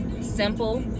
simple